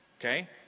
Okay